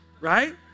right